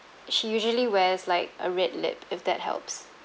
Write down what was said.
she usually wears like a red lip if that helps